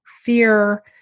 fear